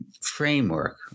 framework